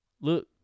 look